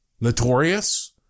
notorious